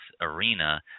arena